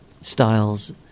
styles